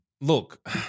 Look